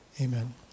Amen